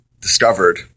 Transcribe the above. discovered